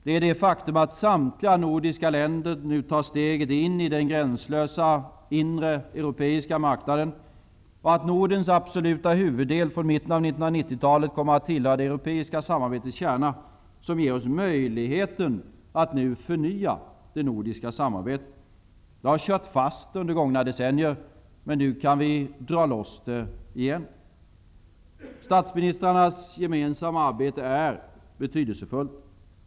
Det är det faktum att samtliga nordiska länder nu tar steget in i den inre gränslösa europeiska marknaden och att Nordens absoluta huvuddel från mitten av 1990-talet kommer att tillhöra det europeiska samarbetets kärna som ger oss möjligheten att nu förnya det nordiska samarbetet. Det har kört fast under gångna decennier, men nu kan vi dra loss det igen. Statsministrarnas gemensamma arbete är betydelsefullt.